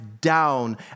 down